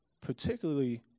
particularly